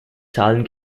zahlen